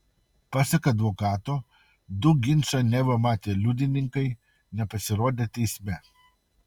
pasak advokato du ginčą neva matę liudininkai nepasirodė teisme